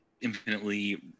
infinitely